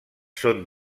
són